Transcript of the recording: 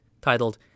titled